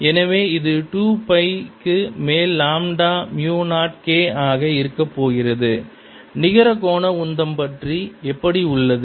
எனவே இது 2 பை க்கு மேல் லாம்டா மியூ 0 K ஆக இருக்கப் போகிறது நிகர கோண உந்தம் பற்றி எப்படி உள்ளது